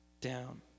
down